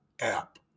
app